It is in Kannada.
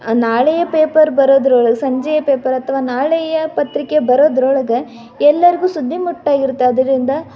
ನಾಳೆಯ ಪೇಪರ್ ಬರೋದ್ರೊಳಗೆ ಸಂಜೆಯ ಪೇಪರ್ ಅಥವಾ ನಾಳೆಯ ಪತ್ರಿಕೆ ಬರೋದ್ರೊಳಗೆ ಎಲ್ಲರಿಗೂ ಸುದ್ದಿ ಮುಟ್ಟಾಗಿರುತ್ತೆ ಅದರಿಂದ